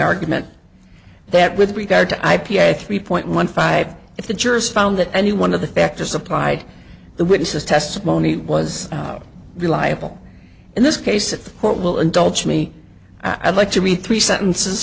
argument that with regard to i p a three point one five if the jurors found that any one of the factors supplied the witness's testimony was reliable in this case if court will indulge me i'd like to be three sentences